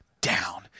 down